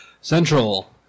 Central